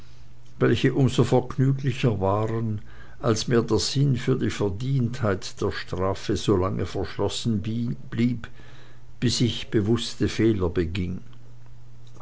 welche um so vergnüglicher waren als mir der sinn für die verdientheit der strafe so lange verschlossen blieb bis ich bewußte fehler beging